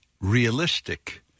realistic